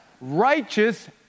righteous